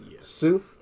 Sue